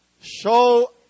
show